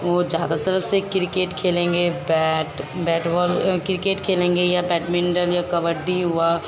वह ज़्यादातर से क्रिकेट खेलेंगे बैट बैट बॉल क्रिकेट खेलेंगे या बैडमिंटन या कबड्डी हुआ